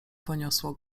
poniosło